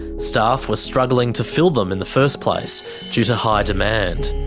staff were struggling to fill them in the first place, due to high demand.